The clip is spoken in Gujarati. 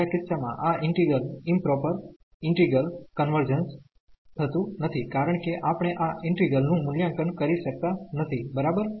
બીજા કિસ્સામાં આ ઈન્ટિગ્રલઈમપ્રોપર ઈન્ટિગ્રલ કન્વર્જન્સ થતું નથી કારણ કે આપણે આ ઈન્ટિગ્રલ નું મૂલ્યાંકન કરી શકતા નથી બરાબર